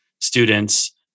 students